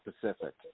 Pacific